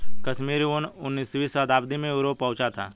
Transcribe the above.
कश्मीरी ऊन उनीसवीं शताब्दी में यूरोप पहुंचा था